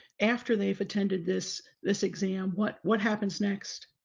after they've attended this this exam, what what happens next?